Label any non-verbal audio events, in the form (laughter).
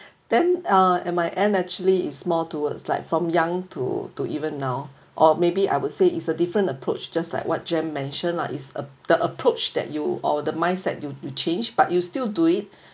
then uh at my end actually it's more towards like from young to to even now or maybe I would say is a different approach just like what jan mentioned lah is uh the approach that you or the mindset you you change but you still do it (breath)